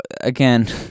again